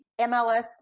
MLS